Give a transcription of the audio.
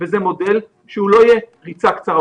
זה מודל שהוא לא יהיה ריצה קצרה,